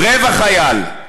רבע חייל.